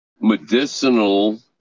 medicinal